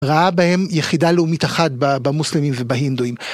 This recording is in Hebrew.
ראה בהם יחידה לאומית אחת במוסלמים ובהינדואים.